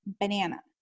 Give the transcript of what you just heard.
banana